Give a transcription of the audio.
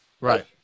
Right